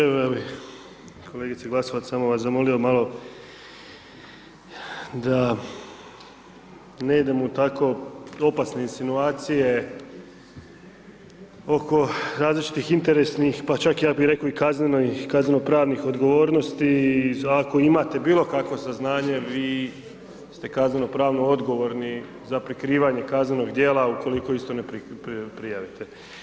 Evo ja bih, kolegice Glasovac samo vas zamolio malo da ne idemo u tako opasne insinuacije oko različitih interesnih, pa čak ja bih rekao i kaznenih, kazneno-pravnih odgovornosti, ako imate bilo kakvo saznanje vi ste kazneno-pravno odgovorni za prikrivanje kaznenog dijela ukoliko isto ne prijavite.